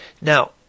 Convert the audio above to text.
Now